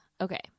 Okay